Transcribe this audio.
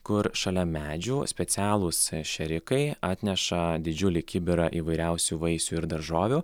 kur šalia medžių specialūs šėrikai atneša didžiulį kibirą įvairiausių vaisių ir daržovių